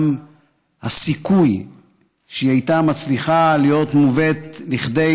גם הסיכוי שהיא הייתה מצליחה להיות מובאת לכדי